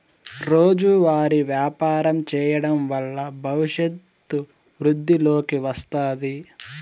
రోజువారీ వ్యాపారం చేయడం వల్ల భవిష్యత్తు వృద్ధిలోకి వస్తాది